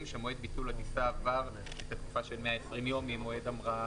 יבוא "1 בספטמבר",